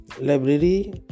library